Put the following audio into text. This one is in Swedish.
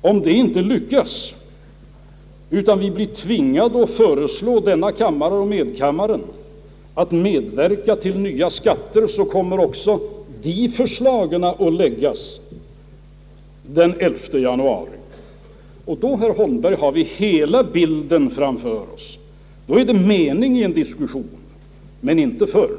Om det inte lyckas, utan vi blir tvingade att föreslå denna kammare och medkammaren att medverka till nya skatter, så kommer också de förslagen att läggas fram den 11 januari. Då, men först då, herr Holmberg, har vi hela bilden framför oss, Då är det mening i en diskussion, men inte förr!